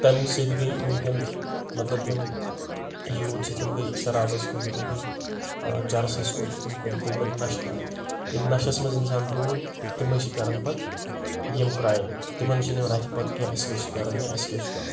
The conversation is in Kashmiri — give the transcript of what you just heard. تمہِ سۭتۍ گٔے وٕنکؠن مطلب یِم یوٗتھ چھِ تِم گٔے شرابَس کُن تِم گٔے چرسَس کُن تِم کُن تِم لٔگۍ نَشہٕ کَرٕنۍ ییٚلہِ نَشَس منٛز اِنسان روٗد تِمے چھِ کرَان پتہٕ یِم کرایِم تِمن چھِنہٕ اَتھِ پَتہٕ کینٛہہ أسۍ کیاہ چھِ کرَان یا اَسہِ کیاہ چھُ کَرُن